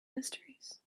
mysteries